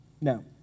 No